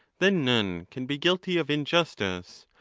then none can be guilty of injustice,